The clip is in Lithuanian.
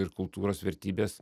ir kultūros vertybes